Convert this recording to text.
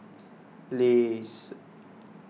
Lays